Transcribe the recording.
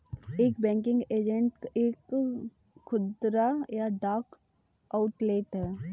एक banking agent एक खुदरा या डाक आउटलेट है